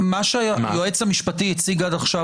מה שהיועץ המשפטי הציג עד עכשיו,